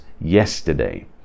yesterday